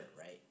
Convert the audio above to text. right